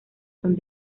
son